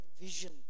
vision